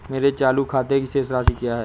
मेरे चालू खाते की शेष राशि क्या है?